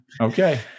Okay